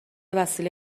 وسیله